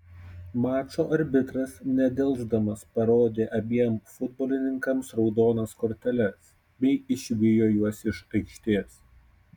mačo arbitras nedelsdamas parodė abiem futbolininkams raudonas korteles bei išvijo juos iš aikštės